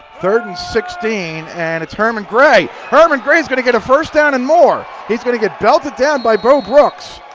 third and sixteen and it's herman gray. herman gray is going to get a first down and more. he's going to get belted down by bo brooks.